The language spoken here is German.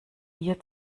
ihr